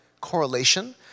correlation